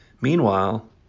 Meanwhile